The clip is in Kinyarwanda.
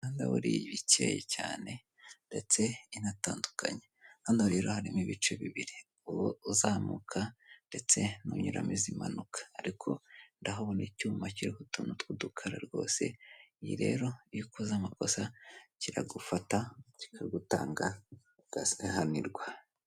Imihanda buriya iba ikeye cyane ndetse inatandukanye, hano rero harimo ibice bibiri uwo uzamuka ndetse n'unyuramo izi manuka ariko ndahabona icyuma kiri k'utuntu tw'udukaro rwose, iyi rero iyo ukoze amakosa kiragufata kikagutanga ukazayahanirwa.